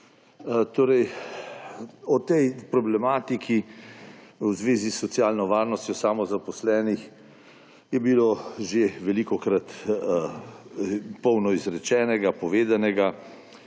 O tej problematiki v zvezi s socialno varnostjo samozaposlenih je bilo že velikokrat polno izrečenega, povedanega,